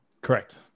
Correct